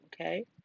okay